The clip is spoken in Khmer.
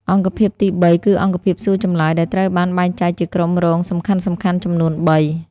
អង្គភាពទី ៣ គឺអង្គភាពសួរចម្លើយ ដែលត្រូវបានបែងចែកជាក្រុមរងសំខាន់ៗចំនួនបី។